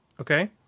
Okay